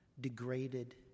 degraded